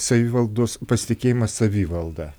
savivaldos pasitikėjimas savivalda